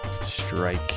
strike